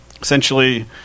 essentially